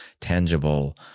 tangible